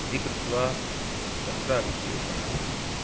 इति कृत्वा तत्रापि क्लेशः अस्ति